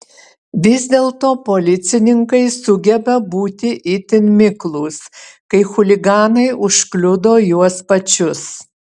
vis dėlto policininkai sugeba būti itin miklūs kai chuliganai užkliudo juos pačius